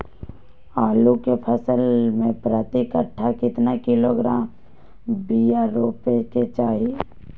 आलू के फसल में प्रति कट्ठा कितना किलोग्राम बिया रोपे के चाहि?